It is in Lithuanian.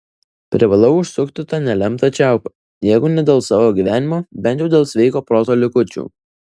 privalau užsukti tą nelemtą čiaupą jeigu ne dėl savo gyvenimo bent jau dėl sveiko proto likučių